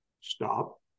stop